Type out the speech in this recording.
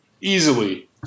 easily